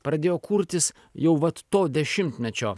pradėjo kurtis jau vat to dešimtmečio